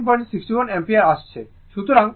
সুতরাং IC r ω C V